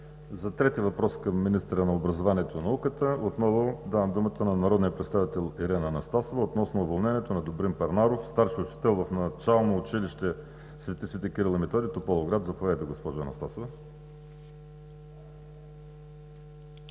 За трети въпрос към министъра на образованието и науката отново давам думата на народния представител Ирена Анастасова – относно уволнението на Добрин Парнаров – старши учител в Начално училище „Св. св. Кирил и Методий“ – Тополовград. Заповядайте, госпожо Анастасова.